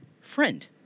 friend